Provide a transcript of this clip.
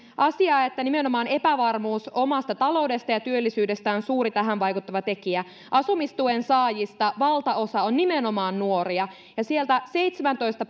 asia että nimenomaan epävarmuus omasta taloudesta ja työllisyydestä on suuri tähän vaikuttava tekijä asumistuen saajista valtaosa on nimenomaan nuoria ja sieltä seitsemäntoista